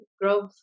growth